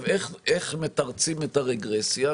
ואיך מתרצים את הרגרסיה?